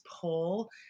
pull